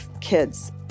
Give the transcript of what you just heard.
kids